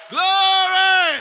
Glory